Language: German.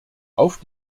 auf